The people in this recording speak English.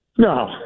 No